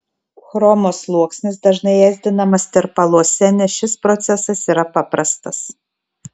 chromo sluoksnis dažnai ėsdinamas tirpaluose nes šis procesas yra paprastas